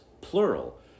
plural